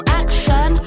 action